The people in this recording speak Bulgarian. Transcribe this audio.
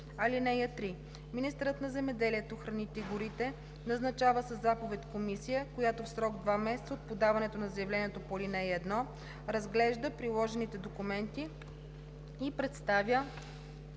(3) Министърът на земеделието, храните и горите назначава със заповед комисия, която в срок два месеца от подаването на заявлението по ал. 1 разглежда приложените документи и представя